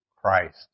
Christ